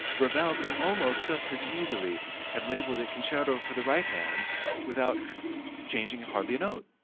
ravel could almost just as easily have labeled it concerto for the right hand without changing hardly a note.